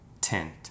tent